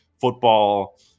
football